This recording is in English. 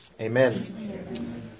Amen